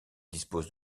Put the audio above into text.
dispose